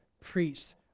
preached